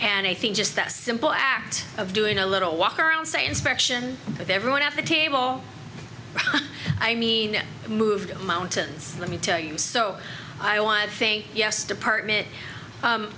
and i think just that simple act of doing a little walk around say inspection of everyone at the table i mean moved mountains let me tell you so i want to think yes department